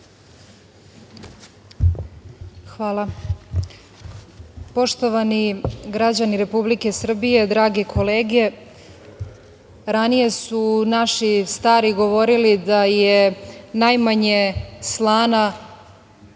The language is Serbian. Hvala. Poštovani građani Republike Srbije, drage kolege, ranije su naši stari govorili da je najmanje slana